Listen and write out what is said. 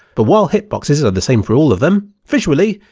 but while hitboxes are the same for all of them, visually,